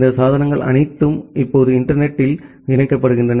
இந்த சாதனங்கள் அனைத்தும் இப்போது இன்டர்நெட்ல் இணைக்கப்படுகின்றன